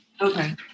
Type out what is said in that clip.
Okay